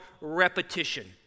repetition